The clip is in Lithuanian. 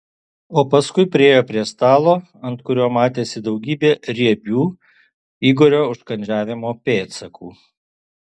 o paskui priėjo prie stalo ant kurio matėsi daugybė riebių igorio užkandžiavimo pėdsakų